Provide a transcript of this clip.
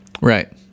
Right